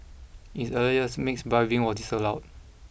in its earlier years mixed bathing was disallowed